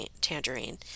tangerine